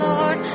Lord